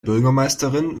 bürgermeisterin